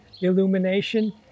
illumination